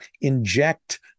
inject